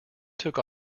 took